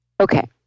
Okay